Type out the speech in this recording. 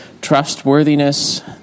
trustworthiness